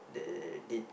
they did